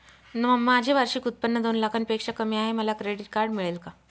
माझे वार्षिक उत्त्पन्न दोन लाखांपेक्षा कमी आहे, मला क्रेडिट कार्ड मिळेल का?